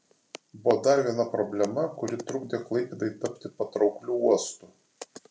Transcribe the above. buvo dar viena problema kuri trukdė klaipėdai tapti patraukliu uostu